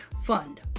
fund